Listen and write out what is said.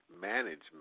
management